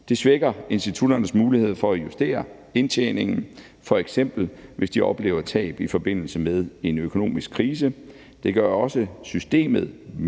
Det svækker institutternes mulighed for at justere indtjeningen, f.eks. hvis de oplever tab i forbindelse med en økonomisk krise. Det gør også systemet meget